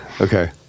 Okay